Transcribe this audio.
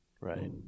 Right